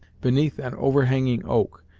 beneath an overhanging oak,